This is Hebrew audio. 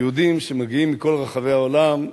יהודים מגיעים מכל רחבי העולם,